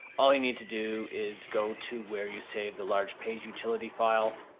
all you need to do is go to where you saved the large page utility file,